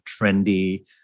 trendy